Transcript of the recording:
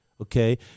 Okay